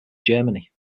germany